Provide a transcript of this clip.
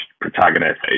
protagonist